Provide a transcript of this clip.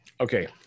Okay